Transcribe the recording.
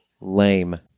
lame